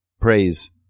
praise